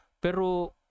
Pero